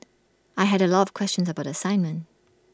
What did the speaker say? I had A lot of questions about the assignment